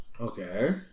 Okay